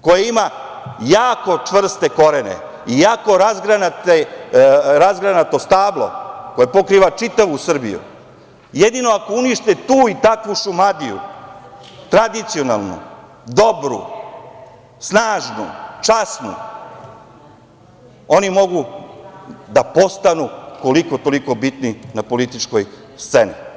koje ima jako čvrste korene i jako razgranato stablo koje pokriva čitavu Srbiju, jedino ako unište tu i takvu Šumadiju, tradicionalnu, dobru, snažnu, časnu, oni mogu da postanu koliko-toliko bitni na političkoj sceni.